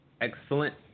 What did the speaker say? excellent